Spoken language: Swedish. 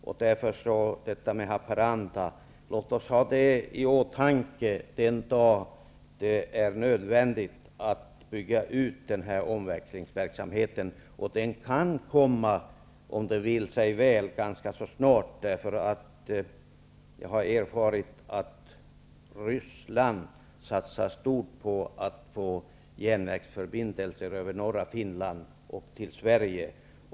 Men låt oss ha Haparanda i åtanke den dag då det är nödvändigt att bygga ut omaxlingsverksamheten. Om det vill sig väl kan den komma ganska så snart, därför att jag har erfarit att Ryssland satsar stort på att få järnvägsförbindelse över norra Finland till Sverige.